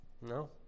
No